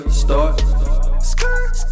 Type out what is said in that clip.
start